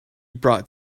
brought